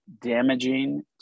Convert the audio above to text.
damaging